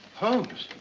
holmes.